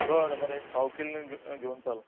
बरें बरें एक पाव किल्ल घेवन चल